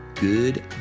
Good